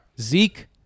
Zeke